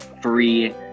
free